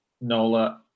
Nola